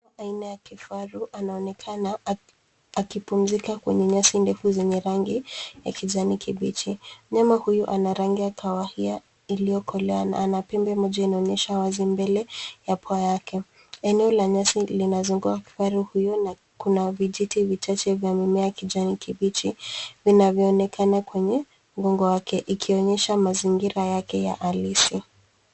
Aina ya kifaru anaonekana akipumzika kwenye nyasi ndefu zenye rangi ya kijani kibichi. Mnyama huyu ana rangi ya kahawia iliyokolea na ana pembe moja, inaonyesha wazi mbele ya pua yake. Eneo la nyasi linazunguka kifaru huyu na kuna vijiti vichache vya mimea ya kijani kibichi vinavyoonekana kwenye mgongo wake, ikionyesha mazingira yake ya halisi.